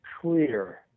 clear